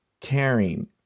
caring